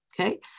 Okay